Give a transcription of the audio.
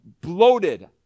bloated